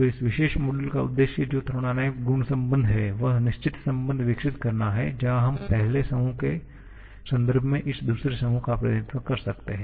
तो इस विशेष मॉड्यूल का उद्देश्य जो थर्मोडायनामिक गुण संबंध है वह निश्चित संबंध विकसित करना है जहां हम पहले समूह के संदर्भ में इस दूसरे समूह का प्रतिनिधित्व कर सकते हैं